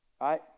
right